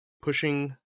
pushing